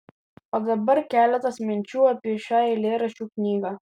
o dabar keletas minčių apie šią eilėraščių knygą